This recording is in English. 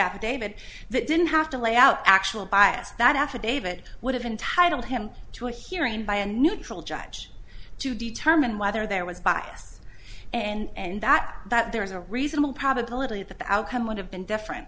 affidavit that didn't have to lay out actual bias that affidavit would have entitle him to a hearing by a neutral judge to determine whether there was bias and that that there was a reasonable probability that the outcome would have been different